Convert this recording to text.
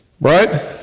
Right